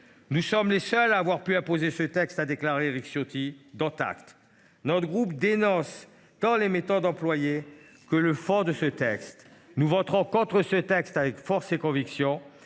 Nous sommes les seuls à avoir pu imposer ce texte », a déclaré Éric Ciotti. Dont acte ! Notre groupe dénonce tant les méthodes employées que le fond de ce texte. Nous voterons donc contre le projet de loi, avec force et conviction,